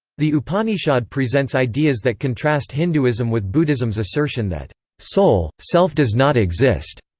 the upanishad presents ideas that contrast hinduism with buddhism's assertion that soul, self does not exist,